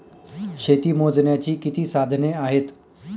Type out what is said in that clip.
शेती मोजण्याची किती साधने आहेत?